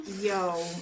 yo